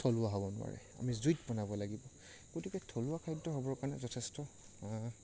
থলুৱা হ'ব নোৱাৰে আমি জুইত বনাব লাগিব গতিকে থলুৱা খাদ্য হ'বৰ কাৰণে যথেষ্ট